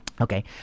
Okay